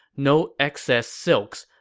no excess silks,